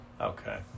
Okay